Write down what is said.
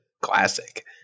classic